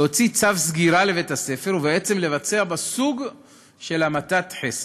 להוציא צו סגירה לבית-הספר ובעצם לבצע בו סוג של המתת חסד.